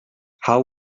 how